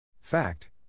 Fact